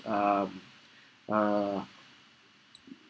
um uh